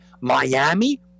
Miami